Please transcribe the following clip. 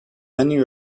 many